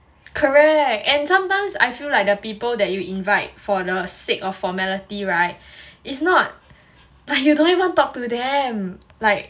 correct and sometimes I feel like the people that you invite for the sake of formality [right] it's not but you don't even talk to them like